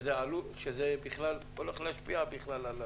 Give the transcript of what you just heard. שזה בכלל הולך להשפיע.